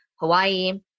Hawaii